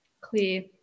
clear